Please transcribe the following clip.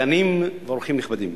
מדענים ואורחים נכבדים,